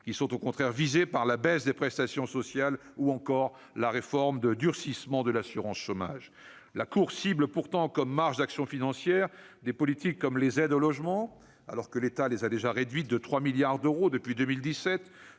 qui sont au contraire visées par la baisse des prestations sociales, ou encore par la réforme de durcissement de l'assurance chômage. La Cour cible pourtant comme marge d'action financière des politiques comme les aides au logement, alors que l'État les a déjà réduites de 3 milliards d'euros depuis 2017,